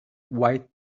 white